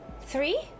Three